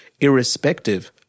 irrespective